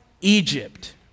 Egypt